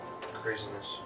Craziness